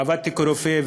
עבדתי כרופא,